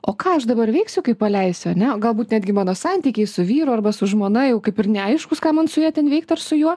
o ką aš dabar veiksiu kai paleisiu ane o galbūt netgi mano santykiai su vyru arba su žmona jau kaip ir neaiškūs ką man su ja ten veikt ar su juo